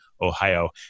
Ohio